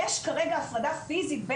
יש כרגע הפרדה פיזית,